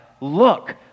look